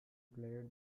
played